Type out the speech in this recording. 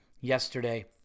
yesterday